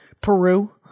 Peru